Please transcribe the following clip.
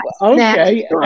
okay